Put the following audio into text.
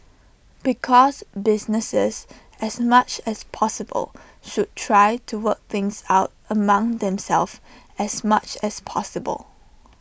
because businesses as much as possible should try to work things out among themselves as much as possible